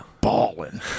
balling